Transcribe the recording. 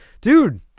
Dude